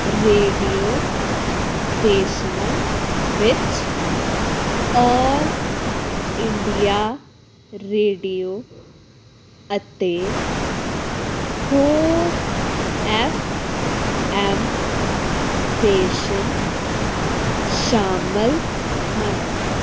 radio ਸਟੇਸ਼ਨਾਂ ਵਿੱਚ All India Radio ਅਤੇ ਹੋਰ ਐੱਫ ਐੱਮ ਸਟੇਸ਼ਨ ਸ਼ਾਮਲ ਹਨ